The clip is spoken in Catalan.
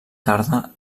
tarda